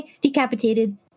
decapitated